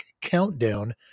countdown